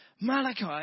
Malachi